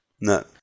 No